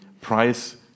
price